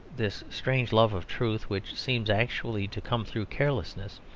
this strange love of truth which seems actually to come through carelessness,